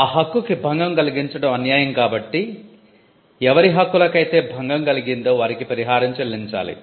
ఆ హక్కుకి భంగం కలిగించడం అన్యాయం కాబట్టి ఎవరి హక్కులకైతే భంగం కలిగిందో వారికి పరిహారం చెల్లించాలి